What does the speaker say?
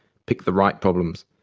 pick the right problems.